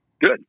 good